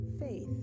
faith